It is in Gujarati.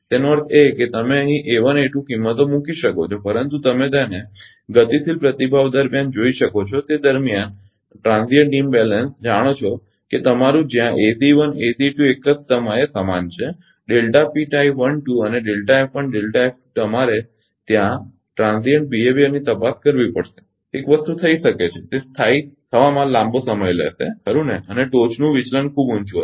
તેનો અર્થ એ કે તમે અહીં કિંમતો મૂકી શકો છો પરંતુ તમે તેને ગતિશીલ પ્રતિભાવ દરમિયાન જોઈ શકો છો તે દરમિયાન ક્ષણિક અસંતુલન જાણો છો કે તમારું જ્યાં ACE 1 ACE 2 એક જ સમયે સમાન છે અને તમારે ત્યાં ક્ષણિક વર્તણૂકની તપાસ કરવી પડશે એક વસ્તુ થઈ શકે છે તે સ્થાયી થવામાં લાંબો સમય લેશે ખરુ ને અને ટોચનું વિચલન ખૂબ ઊંચું હશે